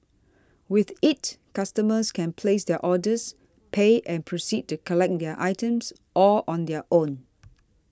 with it customers can place their orders pay and proceed to collect their items all on their own